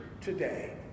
today